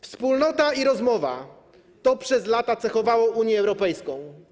Wspólnota i rozmowa - to przez lata cechowało Unię Europejską.